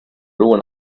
ruin